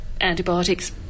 antibiotics